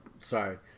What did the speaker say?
sorry